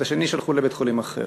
ואת השני שלחו לבית-חולים אחר.